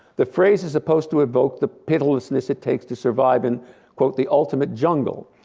the phrase is supposed to evoke the pitilessness it takes to survive in the ultimate jungle,